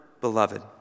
beloved